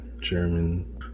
German